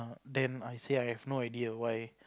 then I say I have no idea why